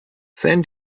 san